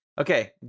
Okay